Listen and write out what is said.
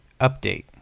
update